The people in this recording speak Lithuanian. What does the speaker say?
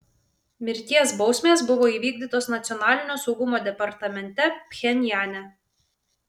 mirties bausmės buvo įvykdytos nacionalinio saugumo departamente pchenjane